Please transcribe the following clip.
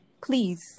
Please